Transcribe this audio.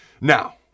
Now